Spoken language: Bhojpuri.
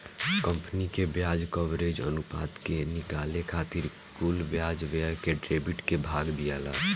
कंपनी के ब्याज कवरेज अनुपात के निकाले खातिर कुल ब्याज व्यय से ईबिट के भाग दियाला